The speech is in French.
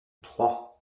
trois